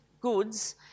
goods